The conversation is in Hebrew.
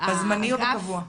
ברישיון הזמני או הקבוע?